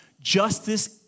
Justice